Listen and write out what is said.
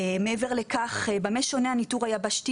מעבר לכך, במה שונה הניתור היבשתי